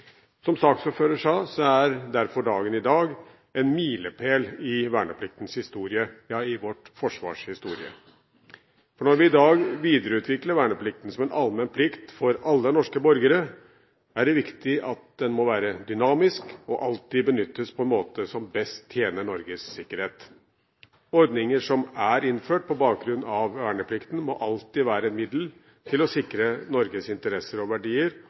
Som saksordføreren sa, er derfor dagen i dag en milepæl i vernepliktens historie, ja i vårt Forsvars historie. Når vi i dag videreutvikler verneplikten til en allmenn plikt for alle norske borgere, er det viktig at den må være dynamisk og alltid benyttes på en måte som best tjener Norges sikkerhet. Ordninger som er innført på bakgrunn av verneplikten, må alltid være et middel til å sikre Norges interesser og verdier